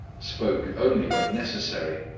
spoke only when necessary,